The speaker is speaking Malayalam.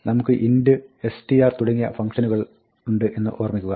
നമുക്ക് int str തുടങ്ങിയ ഇത്തരം ഫംഗ്ഷനുകളുണ്ട് എന്ന് ഓർമ്മിക്കുക